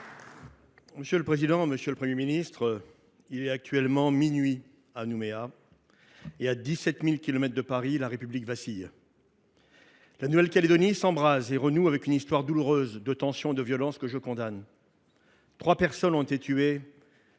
et Républicain. Monsieur le Premier ministre, il est minuit à Nouméa et, à 17 000 kilomètres de Paris, la République vacille. La Nouvelle Calédonie s’embrase et renoue avec une histoire douloureuse de tensions et de violences, que je condamne. Trois personnes ont été tuées